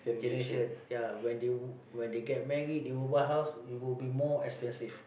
K next year ya when they when they get married they will buy house it will be more expensive